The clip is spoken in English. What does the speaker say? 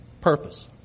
Purpose